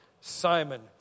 Simon